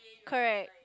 correct